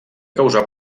causar